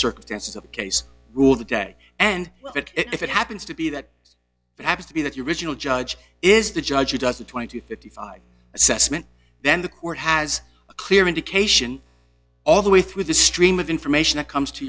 circumstances of the case rule the day and if it happens to be that it happens to be that your original judge is the judge who does a twenty to fifty five assessment then the court has a clear indication all the way through the stream of information that comes to